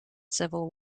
civil